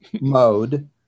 Mode